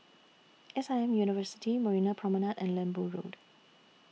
S I M University Marina Promenade and Lembu Road